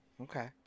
okay